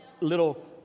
little